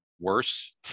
worse